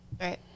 Right